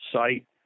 site